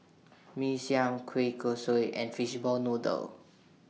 Mee Siam Kueh Kosui and Fishball Noodle